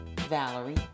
Valerie